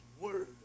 word